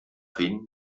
hin